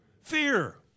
Fear